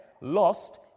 lost